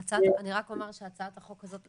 אני רק אומר שהצעת החוק הזאת,